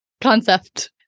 concept